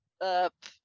up